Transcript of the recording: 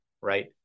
right